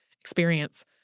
experience